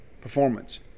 performance